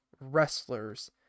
wrestlers